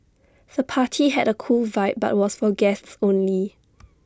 the party had A cool vibe but was for guests only